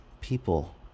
people